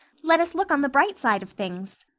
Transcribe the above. let us look on the bright side of things.